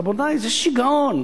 רבותי, זה שיגעון.